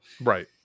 Right